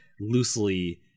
loosely